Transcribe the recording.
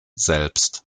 selbst